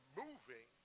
moving